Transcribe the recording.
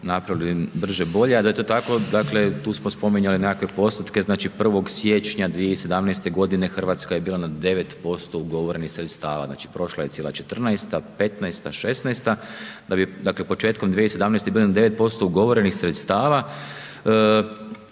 napravili brže-bolje a da je to tako dakle, tu smo spominjali nekakve postotke, znači 1. siječnja 2017. g. Hrvatska je bila na 9% ugovorenih sredstava, znači prošla je cijela 2014., 2015.., 2016. da bi dakle početkom 2017. bili na 9% ugovorenih sredstava